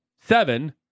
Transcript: seven